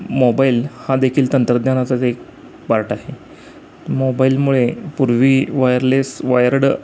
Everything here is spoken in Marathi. मोबाईल हा देखील तंत्रज्ञानाचा एक पार्ट आहे मोबाईलमुळे पूर्वी वायरलेस वायर्ड